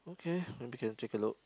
okay maybe can take a look